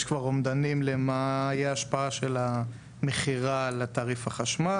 יש כבר אומדנים למה יהיה השפעה של המכירה על תעריף החשמל?